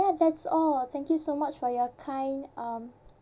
that's all thank you so much for your kind um